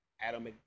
Adam